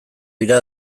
dira